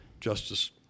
Justice